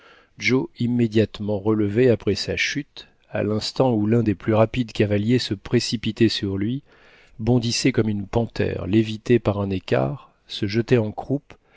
joe immédiatement relevé après sa chute à l'instant où l'un des plus rapides cavaliers se précipitait sur lui bondissait comme une panthère lévitait par un écart se jetait en croupe